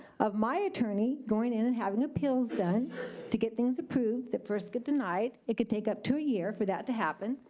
of my attorney going in and having appeals done to get things approved, that first get denied. it could take up to a year for that to happen.